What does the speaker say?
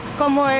como